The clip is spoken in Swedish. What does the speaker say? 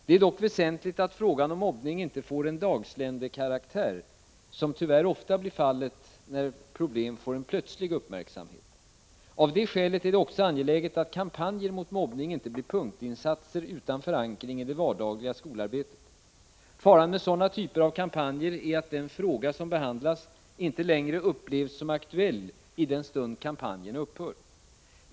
Det är dock väsentligt att frågan om mobbning inte får en dagsländekaraktär, som tyvärr ofta blir fallet när problem får en plötslig uppmärksamhet. Av det skälet är det också angeläget att kampanjer mot mobbning inte blir punktinsatser utan förankring i det vardagliga skolarbetet. Faran med sådana typer av kampanjer är att den fråga som behandlas inte längre upplevs som aktuell i den stund kampanjen upphör.